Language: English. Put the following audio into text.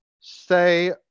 say